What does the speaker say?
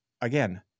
again